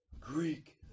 Greek